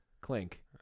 Clink